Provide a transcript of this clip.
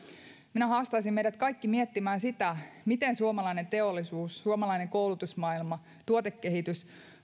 minä haastaisin meidät kaikki miettimään miten suomalainen teollisuus suomalainen koulutusmaailma tuotekehitys